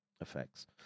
effects